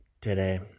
today